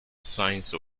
science